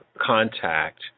contact